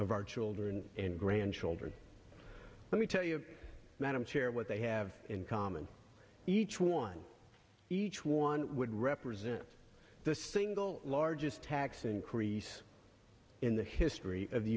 of our children and grandchildren let me tell you madam chair what they have in common each one each one would represent the single largest tax increase in the history of the